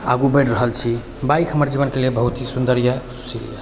आगू बढ़ि रहल छी बाइक हमर जीवनके लिए बहुत ही सुन्दर अइ सुशील अइ